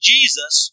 Jesus